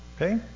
Okay